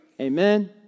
Amen